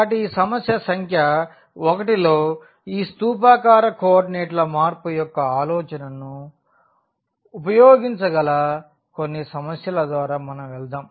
కాబట్టి ఈ సమస్య సంఖ్య 1 లో ఈ స్థూపాకార కోఆర్డినేట్ల మార్పు యొక్క ఆలోచనను ఉపయోగించగల కొన్ని సమస్యల ద్వారా మనం వెళ్దాం